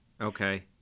Okay